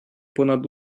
понад